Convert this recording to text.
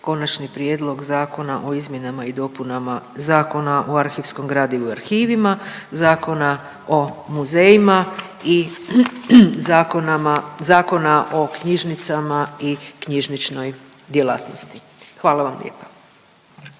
Konačni prijedlog zakona o izmjenama i dopunama Zakona o arhivskom gradivu i arhivima, Zakona o muzejima i Zakona o knjižnicama i knjižničnoj djelatnosti, hvala vam lijepa.